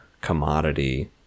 commodity